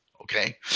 okay